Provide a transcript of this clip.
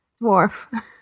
Dwarf